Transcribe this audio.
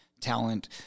talent